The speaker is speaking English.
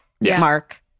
Mark